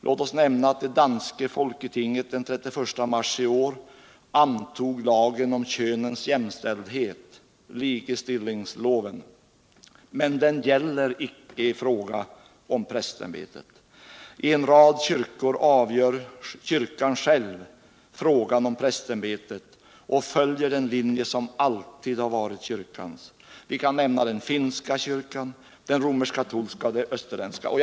Låt mig nämna att det danska folketinget den 31 mars i år antog lagen om könens jämställdhet — ligestillingsloven — men att den icke gäller i fråga om prästämbetet. I en rad kyrkor är det kyrkan själv som avgör frågan om prästämbetet. De följer alltså den linje som alltid har varit kyrkans. Vi kan nämna den finska kyrkan, den romersk-katolska kyrkan och de österländska kyrkorna.